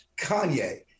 Kanye